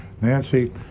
Nancy